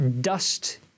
dust –